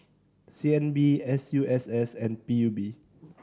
C N B S U S S and P U B